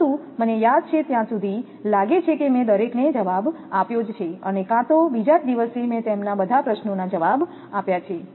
પરંતુ મને યાદ છે ત્યાં સુધી લાગે છે કે મેં દરેકને જવાબ આપ્યો જ છે અને કા તો બીજા જ દિવસ મેં તેમના બધા પ્રશ્નોના જવાબ આપ્યા છે